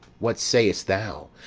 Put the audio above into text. what say'st thou?